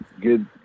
Good